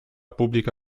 pubblica